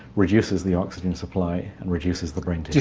reduces the oxygen supply and reduces the brain tissue.